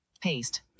Paste